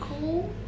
cool